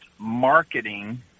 marketing